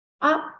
up